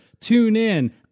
TuneIn